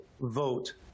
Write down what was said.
vote